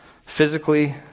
physically